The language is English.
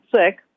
sick